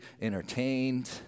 entertained